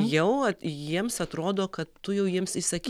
jau jiems atrodo kad tu jau jiems įsaki